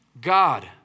God